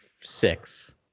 six